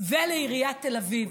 ולעיריית תל אביב.